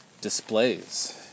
displays